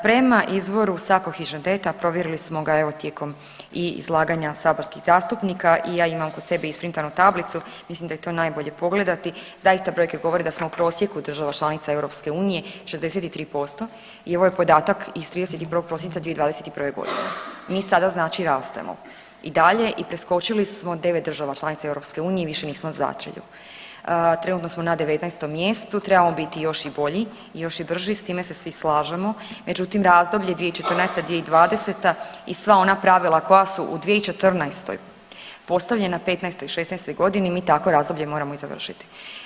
Prema izvoru … [[Govornik se ne razumije]] provjerili smo ga evo tijekom i izlaganja saborskih zastupnika i ja imam kod sebe isprintanu tablicu, mislim da je to najbolje pogledati, zaista brojke govore da smo u prosjeku država članica EU 63% i ovo je podatak iz 31. prosinca 2021.g., mi sada znači rastemo i dalje i preskočili smo 9 država članica EU i više nismo na začelju, trenutno smo na 19. mjestu, trebamo biti još i bolji i još i brži, s time se svi slažemo, međutim razdoblje 2014.-2020. i sva ona pravila koja su u 2014. postavljena '15. i '16.g. mi tako razdoblje moramo i završiti.